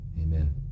amen